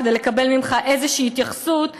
כדי לקבל ממך התייחסות כלשהי,